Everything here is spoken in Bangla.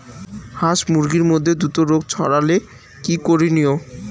হাস মুরগির মধ্যে দ্রুত রোগ ছড়ালে কি করণীয়?